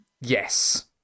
Yes